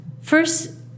First